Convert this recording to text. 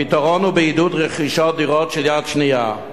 הפתרון הוא בעידוד רכישת דירות יד שנייה.